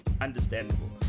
Understandable